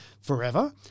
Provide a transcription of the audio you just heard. forever